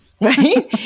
right